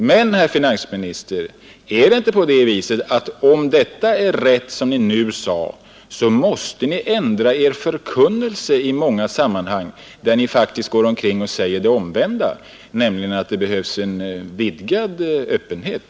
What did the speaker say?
Men, herr finansminister, är det ändå inte på det sättet att om det är rätt som Ni nu sade, så måste Ni ändra Er förkunnelse i många sammanhang, där Ni faktiskt går omkring och säger motsatsen, nämligen att det behövs en vidgad öppenhet.